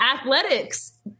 athletics